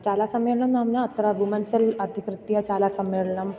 शालासम्मेलनं नाम्ना अत्र वुमेन्सल् अधिकृत्य शालासम्मेलनं